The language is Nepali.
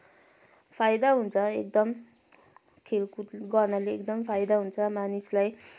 फाइदा हुन्छ एकदम खेलकुद गर्नाले एकदम फाइदा हुन्छ मानिसलाई